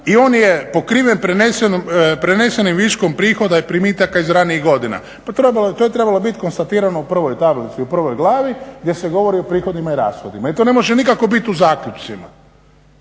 i on je pokriven prenesenim viškom prihoda i primitaka iz ranijih godina. To je trebalo bit konstatirano u prvoj tablici u prvoj glavi gdje se govori o prihodima i rashodima i to ne može nikako bit u zaključcima